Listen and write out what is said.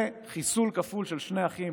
וחיסול כפול של שני אחים,